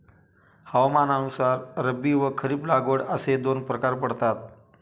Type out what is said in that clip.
हवामानानुसार रब्बी व खरीप लागवड असे दोन प्रकार पडतात